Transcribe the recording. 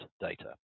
data